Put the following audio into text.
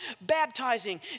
baptizing